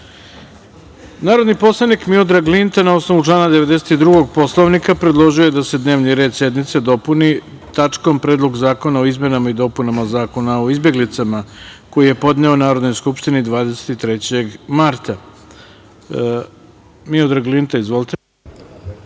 poslanik Miodrag Linta na osnovu člana 92. Poslovnika predložio je da se dnevni red sednice dopuni tačkom – Predlog zakona o izmenama i dopunama Zakona o izbeglicama, koji je podneo Narodnoj skupštini 23. marta. Izvolite.